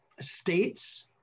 states